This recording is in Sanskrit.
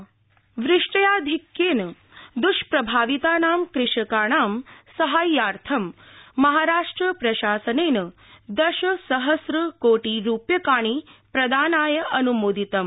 महाराष्ट्रम् वृष्ट्याधिक्येन दृष्प्रभावितानां कृषकाणां साहाय्यार्थं महाराष्ट्र प्रशासनेन दश सहस्न कोटि रूप्यकाणि प्रदानाय अन्मोदितम्